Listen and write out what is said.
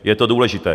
Je to důležité!